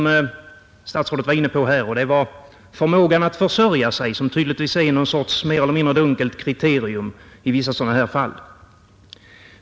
Statsrådet var här inne på en annan sak, nämligen förmågan att försörja sig, en förmåga som tydligen utgör någon sorts mer eller mindre dunkelt kriterium i vissa sådana här fall.